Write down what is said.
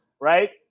right